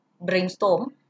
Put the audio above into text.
brainstorm